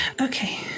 Okay